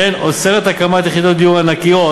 וכן אוסרת הקמת יחידות דיור ענקיות,